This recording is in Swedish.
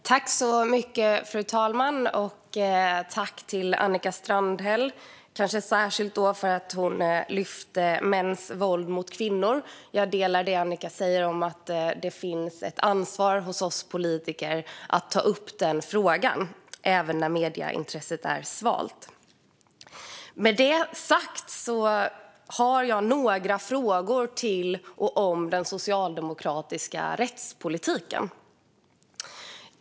Fru talman! Jag tackar Annika Strandhäll för hennes anförande, och då kanske särskilt för att hon lyfte mäns våld mot kvinnor. Jag instämmer i det Annika sa om att vi politiker har ett ansvar att ta upp den frågan även när medieintresset är svalt. Med det sagt har jag några frågor om den socialdemokratiska rättspolitiken.